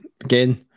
again